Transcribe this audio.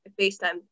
Facetime